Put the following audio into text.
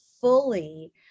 fully